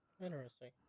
Interesting